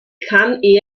kann